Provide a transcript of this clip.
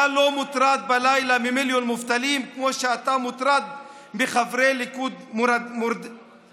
אתה לא מוטרד בלילה ממיליון מובטלים כמו שאתה מוטרד מחברי ליכוד מורדים,